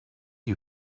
you